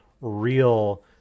real